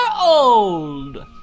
Old